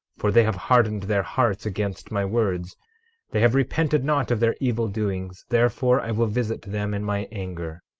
for they have hardened their hearts against my words they have repented not of their evil doings therefore, i will visit them in my anger,